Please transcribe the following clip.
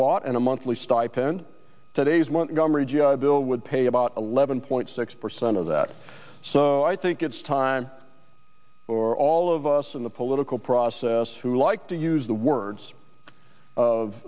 bought and a monthly stipend today's montgomery g i bill would pay about eleven point six percent of that so i think it's time for all of us in the political process who like to use the words of